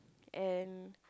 and